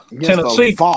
Tennessee